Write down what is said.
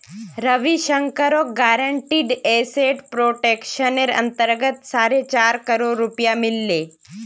रविशंकरक guaranteed asset प्रोटेक्शनेर अंतर्गत साढ़े चार करोड़ रुपया मिल ले